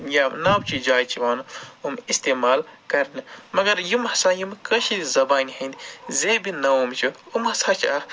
یا ناوچہِ جایہِ چھِ یِم یِوان اِستعمال کرنہٕ مَگر یِم ہسا یِم کٲشِر زَبانہِ ہِندی زیبہِ نٲم چھِ یِم ہسا چھِ اکھ